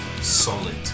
solid